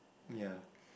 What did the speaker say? ya